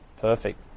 Perfect